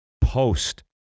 Post